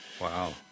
Wow